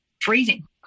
freezing